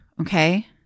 Okay